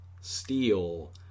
steel